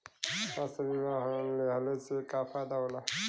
स्वास्थ्य बीमा लेहले से का फायदा होला?